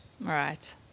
Right